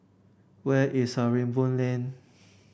where is Sarimbun Lane